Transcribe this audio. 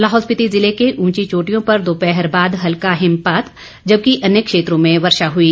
लाहौल स्पिति जिले के उंची चोटियों पर दोपहर बाद हल्का हिमपात जबकि अन्य क्षेत्रों में वर्षा हुई